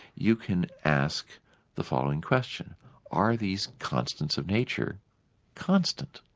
you can ask the following question are these constants of nature constant?